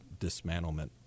dismantlement